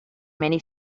many